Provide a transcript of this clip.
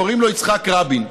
קוראים לו יצחק רבין.